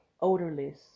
odorless